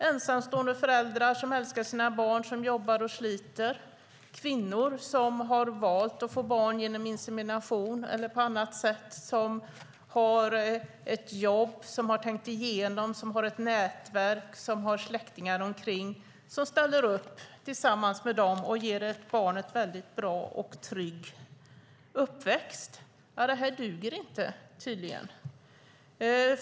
Ensamstående föräldrar som älskar sina barn och som jobbar och sliter och kvinnor som har valt att få barn genom insemination eller på annat sätt och som har ett jobb har tänkt igenom beslutet, har ett nätverk och släktingar omkring sig som ställer upp och tillsammans ger barnet en väldigt bra och trygg uppväxt - det duger tydligen inte.